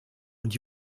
und